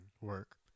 Work